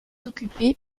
occupé